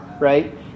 Right